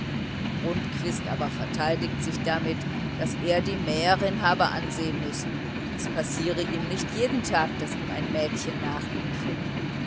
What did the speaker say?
rundquist aber verteidigt sich damit daß er die mäherin habe ansehen müssen es passiere ihm nicht jeden tag daß ihm ein mädchen nachliefe